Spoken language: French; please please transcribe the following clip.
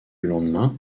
lendemain